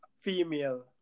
female